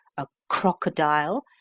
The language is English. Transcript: a croco dile,